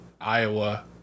Iowa